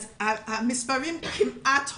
אז המספרים כמעט הולמים.